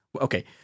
Okay